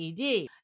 ED